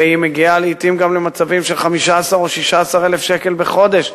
והיא מגיעה לעתים גם למצבים של 15,000 או 16,000 שקל בחודש.